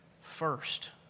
first